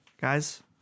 Guys